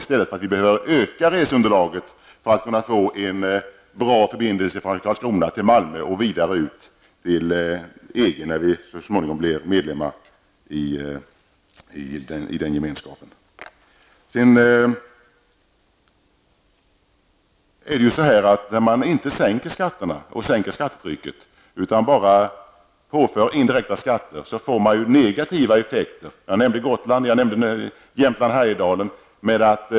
Vi bör i stället öka reseunderlaget för att få en bra förbindelse från Karlskrona till Malmö och vidare ut till EG-länderna, när vi så småningom blir medlemmar i Gemenskapen. När man inte sänker skatterna och skattetrycket utan bara påför indirekta skatter, blir effekterna negativa. Jag nämnde Gotland och Jämtland och Härjedalen som exempel.